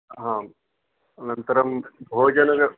हाम् अनन्तरं भोजनव्ययः